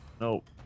Nope